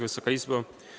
Wysoka Izbo!